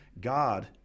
God